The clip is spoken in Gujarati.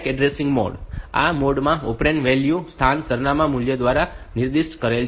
ડાયરેક્ટ એડ્રેસિંગ મોડ આ મોડ માં ઓપરેન્ડ વેલ્યુ સ્થાન સરનામાના મૂલ્ય દ્વારા નિર્દિષ્ટ કરેલ છે